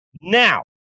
Now